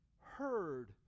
heard